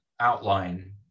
outline